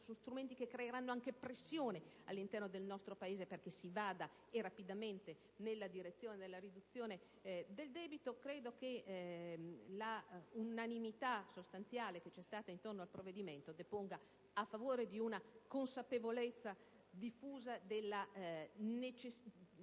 sicuramente creeranno anche pressione all'interno del nostro Paese) perché si vada rapidamente nella direzione della riduzione del debito, l'unanimità sostanziale intorno al provvedimento, che depone a favore di una consapevolezza diffusa della necessità